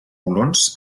colons